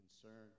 concern